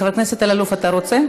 חבר הכנסת אלאלוף, אתה רוצה?